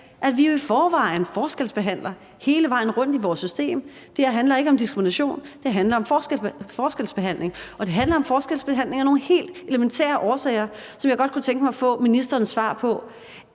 at vi i forvejen forskelsbehandler hele vejen rundt i vores system. Det her handler ikke om diskrimination, det handler om forskelsbehandling, og det handler om forskelsbehandling af nogle helt elementære årsager, som jeg godt kunne tænke mig at få ministerens svar på.